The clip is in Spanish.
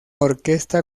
orquesta